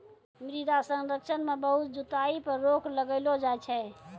मृदा संरक्षण मे बहुत जुताई पर रोक लगैलो जाय छै